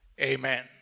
Amen